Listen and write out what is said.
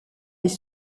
les